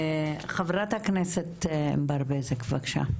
חברת הכנסת ענבר בזק, בבקשה.